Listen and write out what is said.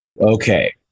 Okay